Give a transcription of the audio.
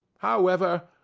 however,